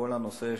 כל הנושאים